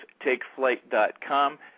TakeFlight.com